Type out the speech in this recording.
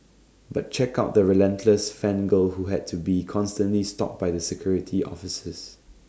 but check out the relentless fan girl who had to be constantly stopped by the security officers